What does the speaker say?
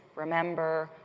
remember,